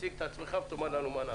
תציג את עצמך ותאמר לנו מה נעשה.